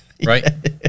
Right